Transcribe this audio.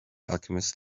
alchemist